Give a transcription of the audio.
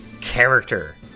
character